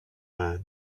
man